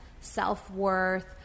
self-worth